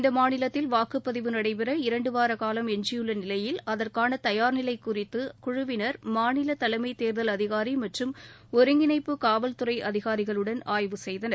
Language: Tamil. இந்த மாநிலத்தில் வாக்குப் பதிவு நடைபெற இரண்டு வாரக் கால எஞ்சியுள்ள நிலையில் அதற்கான தயார்நிலை குறித்து குழுவினர் மாநில தலைமை தேர்தல் அதிகாரி மற்றும் ஒருங்கிணைப்பு காவல்துறை அதிகாரிகளடன் ஆய்வு செய்தனர்